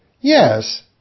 Yes